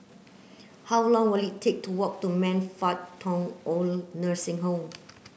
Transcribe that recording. how long will it take to walk to Man Fut Tong OId Nursing Home